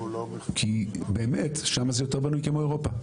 כי באמת, שם זה יותר בנוי כמו אירופה.